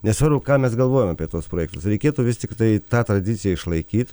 nesvarbu ką mes galvojom apie tuos projektus reikėtų vis tiktai tą tradiciją išlaikyt